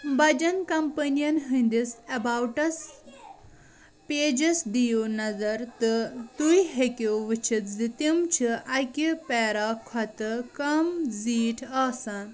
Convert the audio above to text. بَجن کمپٔنِیَن ہٕنٛدِس اَباوُٹَس پیجَس دی یوٗ نَظر تہٕ تُہۍ ہیٚکِو وٕچِھتھ زِ تِم چھِ اَکہِ پیرا کھۄتہٕ کَم زیٖٹھۍ آسان